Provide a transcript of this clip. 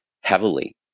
heavily